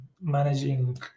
managing